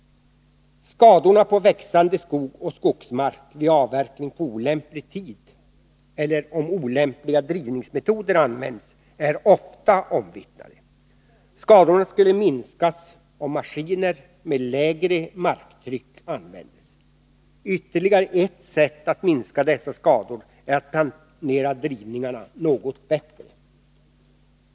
Skadorna på växande skog och skogsmark vid avverkning på olämplig tid eller om olämpliga drivningsmetoder används är ofta omvittnade. Skadorna skulle minskas om maskiner med lägre marktryck användes. Ytterligare ett sätt att minska dessa skador är att planera drivningarna något bättre.